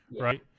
Right